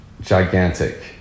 gigantic